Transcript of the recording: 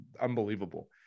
unbelievable